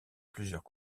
plusieurs